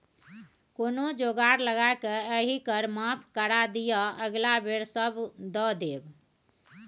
कोनो जोगार लगाकए एहि कर माफ करा दिअ अगिला बेर सभ दए देब